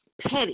petty